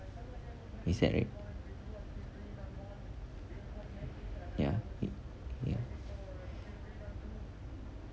is that right ya it ya